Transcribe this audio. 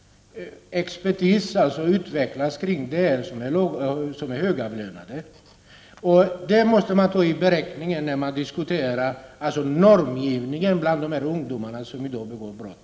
Expertis utvecklas kring dessa saker. Man siktar in sig på högavlönade. Vi måste beakta sådana här saker när vi diskuterar normgivningen i fråga om de ungdomar som i dag begår brott.